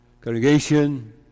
Congregation